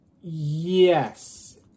Yes